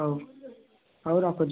ହଉ ହଉ ରଖୁଛୁ